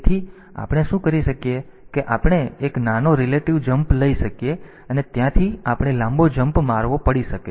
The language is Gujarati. તેથી આપણે શું કરી શકીએ કે આપણે એક નાનો રીલેટીવ જમ્પ લઈ શકીએ અને ત્યાંથી આપણે લાંબો જમ્પ મારવો પડી શકે છે